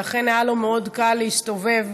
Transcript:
ולכן היה לו מאוד קל להסתובב